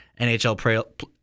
NHL